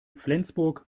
flensburg